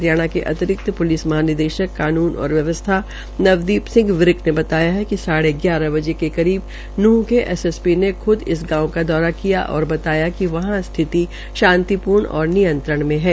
हरियाणा के अतिरिक्त प्लिस महानिदेशक कानून और व्यवस्था नवदीप सिंह विर्क ने बताया कि साढ़े ग्यारह बजे के करीब नूंह के एस एस पी ने खूद इस गांव का दौरा किया और बताया कि वहां स्थिति शांतिपूर्ण और नियंत्रण मे है